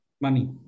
Money